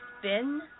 spin